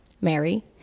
Mary